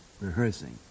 rehearsing